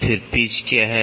फिर पिच क्या है